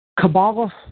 Kabbalah